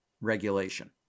regulation